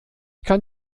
kann